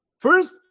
First